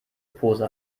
pose